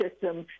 system